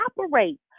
operate